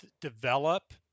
develop